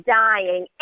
dying